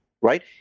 right